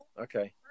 Okay